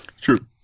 True